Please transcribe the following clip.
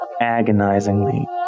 agonizingly